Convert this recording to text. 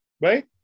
right